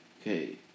okay